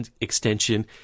extension